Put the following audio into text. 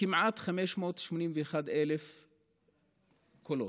כמעט 581,000 קולות,